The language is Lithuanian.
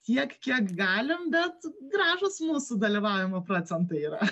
tiek kiek galim bet gražūs mūsų dalyvavimo procentai yra